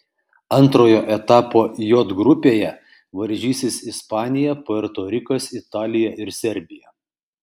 antrojo etapo j grupėje varžysis ispanija puerto rikas italija ir serbija